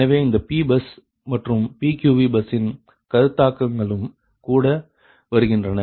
எனவே இந்த P bus மற்றும் PQV பஸ்ஸின் கருத்தாக்கங்களும் கூட வருகின்றன